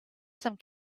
some